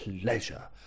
pleasure